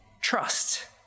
trust